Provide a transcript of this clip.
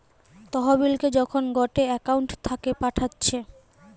তহবিলকে যখন গটে একউন্ট থাকে পাঠাচ্ছে